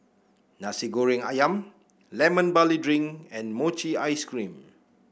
Nasi Goreng ayam Lemon Barley Drink and Mochi Ice Cream